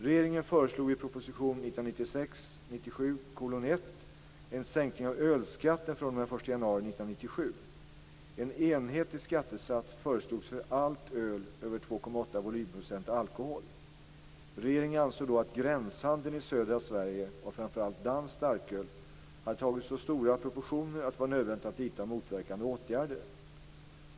Regeringen föreslog i proposition 1996/97:1 en sänkning ölskatten fr.o.m. den 1 januari 1997. En enhetlig skattesats föreslogs för allt öl över 2,8 volymprocent alkohol. Regeringen ansåg då att gränshandeln i södra Sverige med framför allt danskt starköl hade tagit så stora proportioner att det var nödvändigt att vidta motverkande åtgärder.